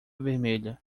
vermelha